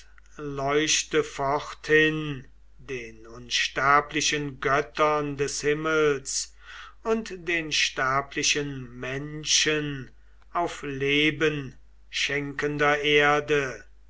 forthin den unsterblichen göttern des himmels und den sterblichen menschen auf lebenschenkender erde